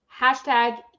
Hashtag